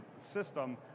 system